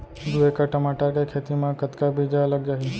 दू एकड़ टमाटर के खेती मा कतका बीजा लग जाही?